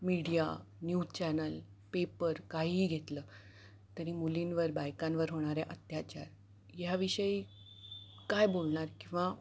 media news channel paper काहीही घेतलं तरी मुलींवर बायकांवर होणारे अत्याचार ह्या विषयी काय बोलणार किंवा